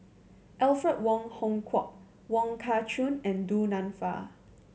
Alfred Wong Hong Kwok Wong Kah Chun and Du Nanfa